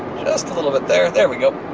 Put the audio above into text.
just a little bit there, there we go.